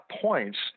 points